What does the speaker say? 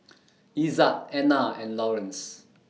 Ezzard Ana and Lawerence